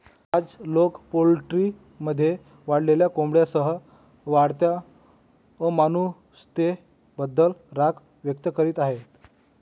आज, लोक पोल्ट्रीमध्ये वाढलेल्या कोंबड्यांसह वाढत्या अमानुषतेबद्दल राग व्यक्त करीत आहेत